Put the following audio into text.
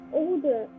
older